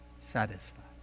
satisfied